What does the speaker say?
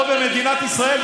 פה, במדינת ישראל.